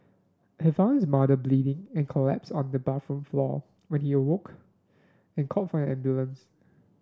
he found his mother bleeding and collapsed on the bathroom floor when he awoke and called for an ambulance